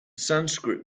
sanskrit